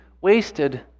wasted